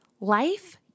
Life